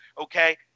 okay